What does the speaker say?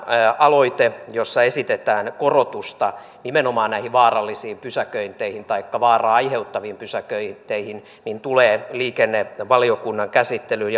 aloite jossa esitetään korotusta nimenomaan näihin vaarallisiin pysäköinteihin taikka vaaraa aiheuttaviin pysäköinteihin tulee liikennevaliokunnan käsittelyyn